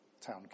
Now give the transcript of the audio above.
town